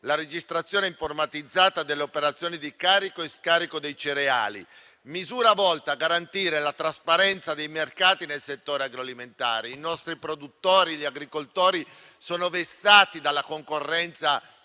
la registrazione informatizzata delle operazioni di carico e scarico dei cereali: una misura volta a garantire la trasparenza dei mercati nel settore agroalimentare. I nostri produttori e gli agricoltori sono vessati dalla concorrenza